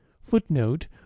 Footnote